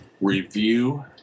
review